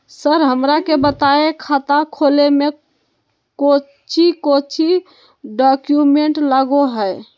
Sir हमरा के बताएं खाता खोले में कोच्चि कोच्चि डॉक्यूमेंट लगो है?